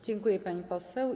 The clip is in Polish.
Dziękuję, pani poseł.